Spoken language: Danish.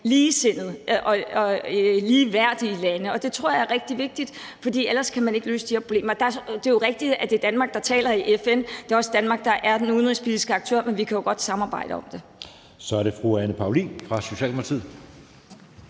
ligesindede og ligeværdige lande. Det tror jeg er rigtig vigtigt, for ellers kan man ikke løse de her problemer. Det er rigtigt, at det er Danmark, der taler i FN, og det er også Danmark, der er den udenrigspolitiske aktør, men vi kan jo godt samarbejde om det. Kl. 13:46 Anden næstformand (Jeppe